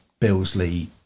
Billsley